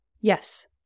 Yes